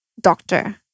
doctor